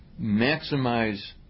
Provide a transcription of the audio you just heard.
Maximize